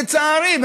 לצערי,